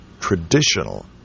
traditional